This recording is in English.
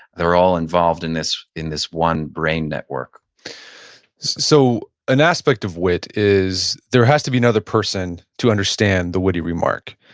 they're all involved in this in this one brain network so an aspect of wit is there has to be another person to understand the wit remark,